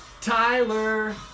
Tyler